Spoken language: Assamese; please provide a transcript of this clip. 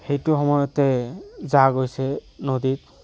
সেইটো সময়তে জাহ গৈছে নদীত